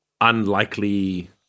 unlikely